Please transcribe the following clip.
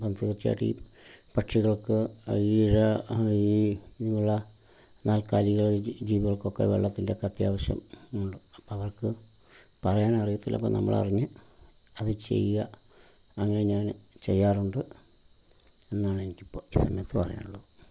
അപ്പം തീർച്ചയായിട്ടും ഈ പക്ഷികൾക്ക് ഈഴ ഈ ഇതിനുള്ള നാൽക്കാലികൾ ജീവികൾക്കൊക്കെ വെള്ളത്തിൻ്റെ ഒക്കെ അത്യാവശ്യം ഉണ്ട് അപ്പമവർക്ക് പറയാൻ അറിയത്തില്ല അപ്പോൾ നമ്മളറിഞ്ഞ് അത് ചെയ്യാ അങ്ങനെ ഞാൻ ചെയ്യാറുണ്ട് എന്നാണ് എനിക്കിപ്പോൾ ഈ സമയത്ത് പറയാനുള്ളത്